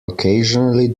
occasionally